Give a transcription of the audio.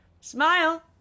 Smile